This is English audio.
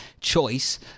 choice